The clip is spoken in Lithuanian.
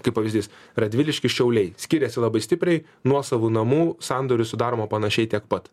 kaip pavyzdys radviliškis šiauliai skiriasi labai stipriai nuosavų namų sandorių sudaroma panašiai tiek pat